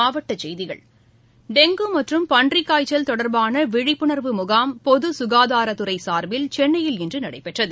மாவட்டக் செய்திகள் டெங்கு மற்றும் பன்றிக்காய்ச்சல் தொடர்பான விழிப்புணர்வு முகாம் பொது சுகாதாரத்துறை சார்பில் சென்னையில் இன்று நடைபெற்றது